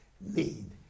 need